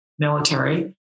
Military